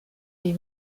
les